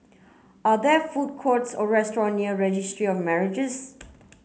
are there food courts or restaurant near Registry of Marriages